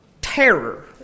terror